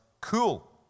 cool